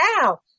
now